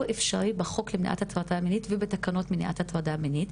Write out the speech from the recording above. אפשרי בחוק למניעת הטרדה מינית ובתקנות למניעת הטרדה מינית,